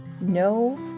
no